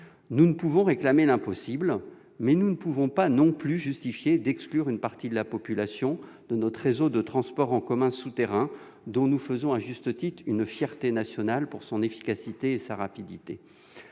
Nous ne pouvons pas réclamer l'impossible, mais nous ne pouvons pas non plus justifier d'exclure une partie de la population de notre réseau de transports en commun souterrain, dont nous faisons, à juste titre, une fierté nationale pour son efficacité et sa rapidité.